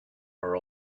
her